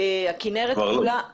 הכנרת כולה --- כבר לא.